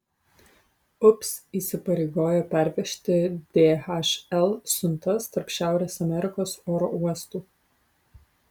ups įsipareigojo pervežti dhl siuntas tarp šiaurės amerikos oro uostų